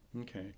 Okay